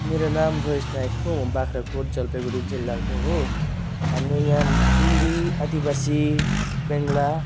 मेरो नाम रोहेस नायक हो म बाग्राकोट जलपाइगुडी जिल्लाको हो हाम्रो यहाँ हिन्दी आदिवासी बङ्गला